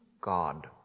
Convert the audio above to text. God